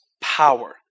power